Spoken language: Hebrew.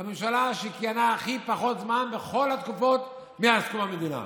הממשלה שכיהנה הכי פחות זמן בכל התקופות מאז קום המדינה,